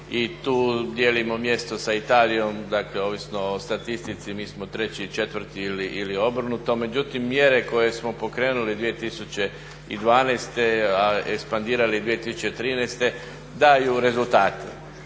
i tu dijelimo mjesto sa Italijom, dakle ovisno o statistici mi smo 3. i 4. ili obrnuto. Međutim, mjere koje smo pokrenuli 2012. a ekspandirali 2013. daju rezultate.